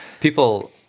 People